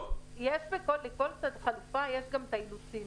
לכל חלופה יש גם את האילוצים.